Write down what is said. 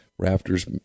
Rafters